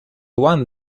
one